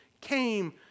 came